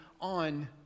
on